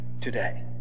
today